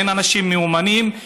אין אנשים מיומנים,